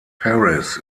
paris